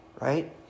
right